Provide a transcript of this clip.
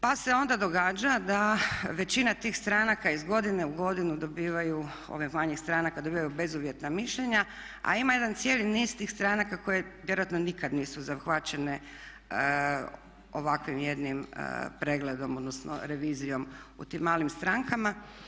Pa se onda događa da većina tih stranaka iz godine u godinu dobivaju, ovih manjih stranaka dobivaju bezuvjetna mišljenja, a ima jedan cijeli niz tih stranaka koje vjerojatno nikad nisu zahvaćene ovakvim jednim pregledom, odnosno revizijom u tim malim strankama.